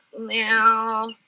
now